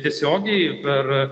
tiesiogiai per